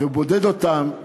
ובודד אותם,